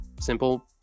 Simple